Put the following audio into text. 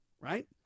right